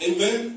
Amen